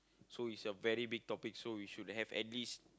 so it's a very big topics so you should have at least